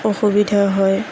অসুবিধা হয়